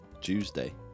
Tuesday